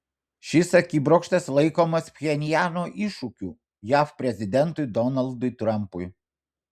šis akibrokštas laikomas pchenjano iššūkiu jav prezidentui donaldui trampui